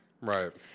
Right